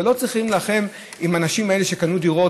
ולא צריכים להילחם עם האנשים האלה שקנו דירות,